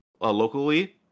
locally